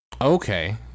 Okay